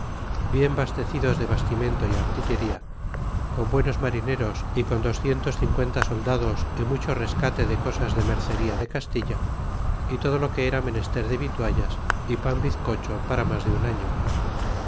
bien bastecidos de bastimento y artillería con buenos marineros y con docientos y cincuenta soldados y mucho rescate de cosas de mercería de castilla y todo lo que era menester de vituallas y panvizcocho para mas de un año